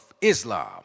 Islam